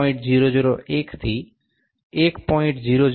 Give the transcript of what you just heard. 001 થી 1